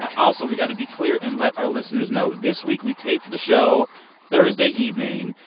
also, we've got to be clear and let our listeners know this week we taped the show thursday evening.